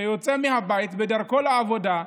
שיוצא מהבית אל דרכו לעבודה,